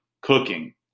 cooking